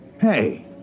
Hey